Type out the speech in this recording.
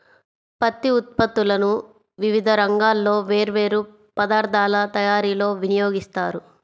పత్తి ఉత్పత్తులను వివిధ రంగాల్లో వేర్వేరు పదార్ధాల తయారీలో వినియోగిస్తారు